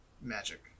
magic